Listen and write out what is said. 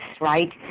right